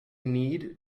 need